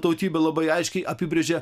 tautybę labai aiškiai apibrėžė